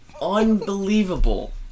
Unbelievable